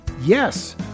Yes